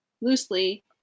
Loosely